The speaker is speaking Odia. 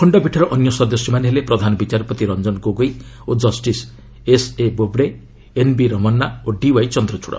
ଖଣ୍ଡପୀଠର ଅନ୍ୟ ସଦସ୍ୟମାନେ ହେଲେ ପ୍ରଧାନ ବିଚାରପତି ରଞ୍ଜନ ଗୋଗୋଇ ଓ justice SA Bobde NV Ramana ଓ ଡିୱାଇ ଚନ୍ଦ୍ରଚଡ଼